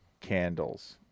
candles